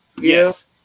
Yes